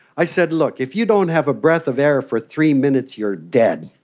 i said, look, if you don't have a breath of air for three minutes, you're dead.